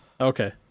okay